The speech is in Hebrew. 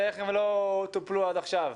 ואיך הן לא טופלו עד עכשיו?